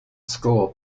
score